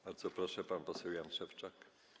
Bardzo proszę, pan poseł Jan Szewczak.